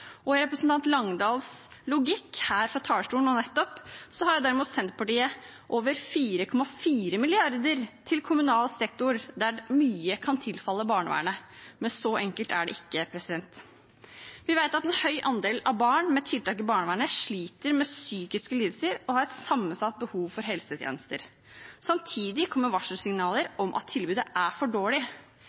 og i representant Langedahls logikk her fra talerstolen nå nettopp har Senterpartiet over 4,4 mrd. kr til kommunal sektor, der mye kan tilfalle barnevernet. Men så enkelt er det ikke. Vi vet at en høy andel barn med tiltak i barnevernet sliter med psykiske lidelser og har et sammensatt behov for helsetjenester. Samtidig kommer det varselsignaler om at tilbudet er for dårlig.